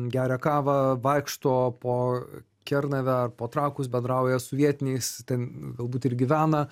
geria kavą vaikšto po kernavę po trakus bendrauja su vietiniais ten galbūt ir gyvena